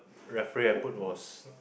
referee I put was